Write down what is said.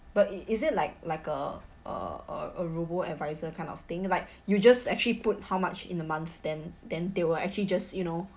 but it is it like like a uh uh a robo advisor kind of thing like you just actually put how much in a month then then they will actually just you know